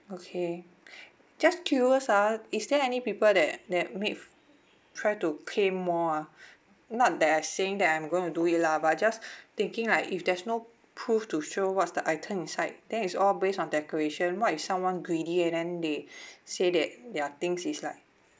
okay just curious ah is there any people that that made try to claim more ah not that I saying that I'm gonna do it lah but just thinking like if there's no proof to show what's the item inside then it's all based on decoration what if someone greedy and then they say that their things is like